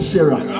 Sarah